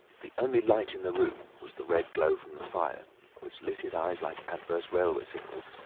the only light in the room was the red glow from the fire which lit his eyes like adverse railway signals,